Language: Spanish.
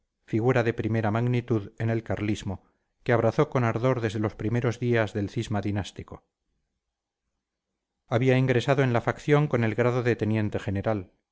figura de primera magnitud en el carlismo que abrazó con ardor desde los primeros días del cisma dinástico había ingresado en la facción con el grado de teniente general